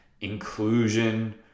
inclusion